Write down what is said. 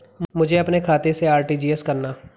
मुझे अपने खाते से आर.टी.जी.एस करना?